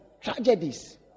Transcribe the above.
tragedies